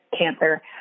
cancer